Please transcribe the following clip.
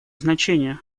значение